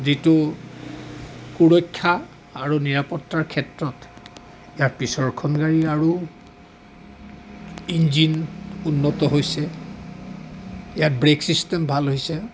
যিটো সুৰক্ষা আৰু নিৰাপত্তাৰ ক্ষেত্ৰত তাৰ পিছৰখন গাড়ী আৰু ইঞ্জিন উন্নত হৈছে ইয়াৰ ব্ৰেক চিষ্টেম ভাল হৈছে